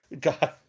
God